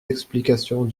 explications